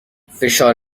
فشار